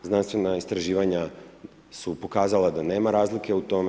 Znanstvena istraživanja su pokazala da nema razlike u tome.